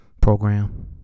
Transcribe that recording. program